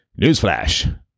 Newsflash